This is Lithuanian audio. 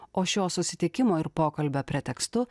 o šio susitikimo ir pokalbio pretekstu